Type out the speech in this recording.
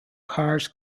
cars